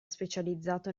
specializzato